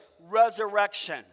resurrection